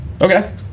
Okay